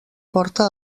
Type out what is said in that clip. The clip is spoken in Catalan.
porta